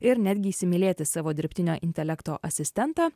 ir netgi įsimylėti savo dirbtinio intelekto asistentą